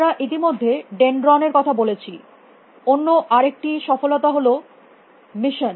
আমরা ইতিমধ্যে ডেনড্রন এর কথা বলেছি অন্য আরেকটি সফলতা হল মাইসন